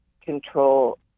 control